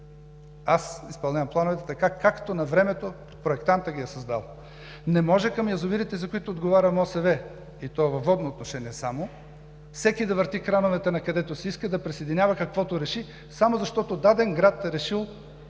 Аз изпълнявам плановете така, както навремето проектантът ги е създал. Не може към язовирите, за които отговаря МОСВ, и то само във водно отношение, всеки да върти крановете накъдето си иска и да присъединява каквото реши само защото даден град е решил